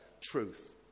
truth